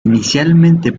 inicialmente